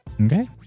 Okay